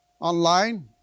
Online